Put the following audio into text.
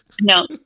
No